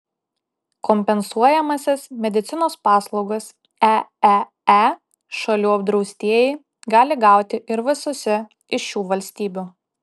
kompensuojamąsias medicinos paslaugas eee šalių apdraustieji gali gauti ir visose iš šių valstybių